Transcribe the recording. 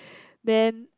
then